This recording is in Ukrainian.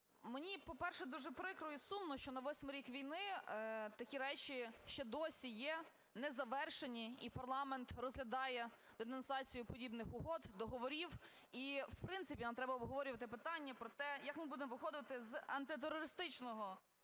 мені, по-перше, дуже прикро і сумно, що на восьмий рік війни такі речі ще досі є незавершені і парламент розглядає денонсацію подібних угод, договорів. І, в принципі, нам треба обговорювати питання про те, як ми будемо виходити з Антитерористичного